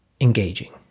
engaging